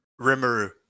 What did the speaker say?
Rimuru